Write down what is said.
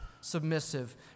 submissive